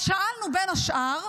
אז שאלנו, בין השאר: